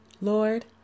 Lord